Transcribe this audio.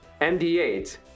MD8